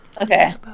Okay